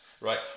right